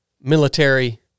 military